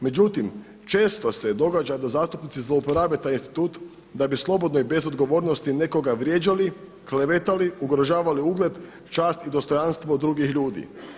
Međutim, često se događa da zastupnici zlouporabe taj institut da bi slobodno i bez odgovornosti nekoga vrijeđali, klevetali, ugrožavali ugled, čast i dostojanstvo drugih ljudi.